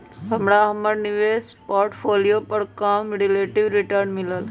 हमरा हमर निवेश पोर्टफोलियो पर कम रिलेटिव रिटर्न मिलल